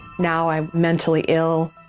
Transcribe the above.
now, i'm mentally ill.